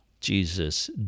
Jesus